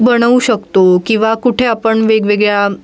बनवू शकतो किंवा कुठे आपण वेगवेगळ्या